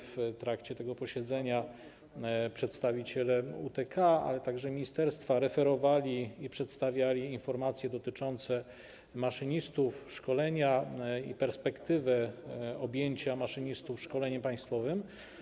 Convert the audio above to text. W trakcie tego posiedzenia przedstawiciele UTK, ale także ministerstwa referowali i przedstawiali informacje dotyczące maszynistów i szkolenia oraz perspektywę objęcia maszynistów szkoleniem państwowym.